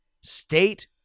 state